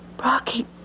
Rocky